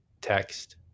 text